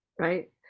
right